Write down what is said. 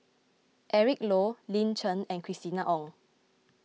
Eric Low Lin Chen and Christina Ong